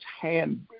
hand